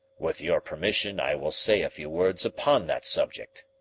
with your permission i will say a few words upon that subject.